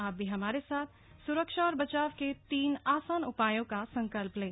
आप भी हमारे साथ स्रक्षा और बचाव के तीन आसान उपायों का संकल्प लें